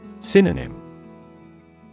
Synonym